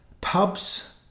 Pubs